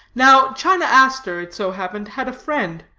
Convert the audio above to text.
now, china aster, it so happened, had a friend,